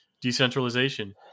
decentralization